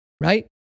Right